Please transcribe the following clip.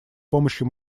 помощью